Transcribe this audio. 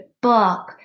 book